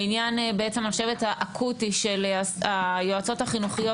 העניין אני חושבת האקוטי של היועצות החינוכיות